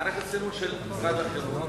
מערכת סינון של משרד החינוך,